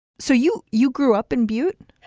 so you you grew up in butte?